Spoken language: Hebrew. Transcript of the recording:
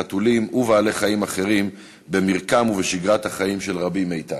חתולים ובעלי-חיים אחרים במרקם ובשגרת החיים של רבים מאתנו.